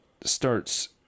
starts